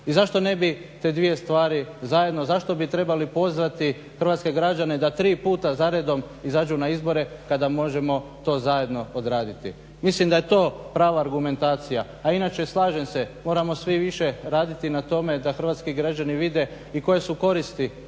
I zašto ne bi te dvije stvari zajedno, zašto bi trebali pozvati hrvatske građane da tri puta zaredom izađu na izbore, kada možemo to zajedno odraditi. Mislim da je to prava argumentacija. A inače, slažem se, moramo svi više raditi na tome da hrvatski građani vide i koje su koristi